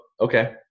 Okay